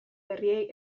berriei